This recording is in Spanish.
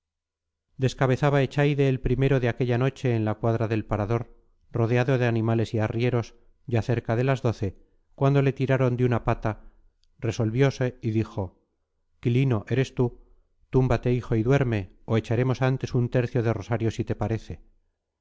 sueño descabezaba echaide el primero de aquella noche en la cuadra del parador rodeado de animales y arrieros ya cerca de las doce cuando le tiraron de una pata resolviose y dijo quilino eres tú túmbate hijo y duerme o echaremos antes un tercio de rosario si te parece